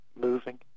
moving